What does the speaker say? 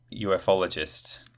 ufologist